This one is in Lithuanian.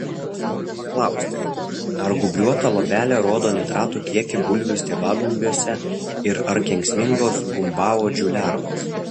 noriu paklausti ar gūbriuota luobelė rodo nitratų kiekį bulvių stiebagumbiuose ir ar kenksmingos gumbauodžių lervos